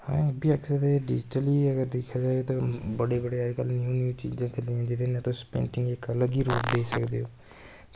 अस एह् बी आक्खी सकदे कि डिजटली अगर बड़ी बड़ी अज्ज कल न्यू न्यू चीज़ां चली दियां जेह्दे कन्नै तुस पेंटिंग गी लग्गी रेही सकदे हो